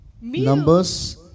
Numbers